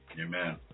Amen